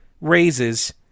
raises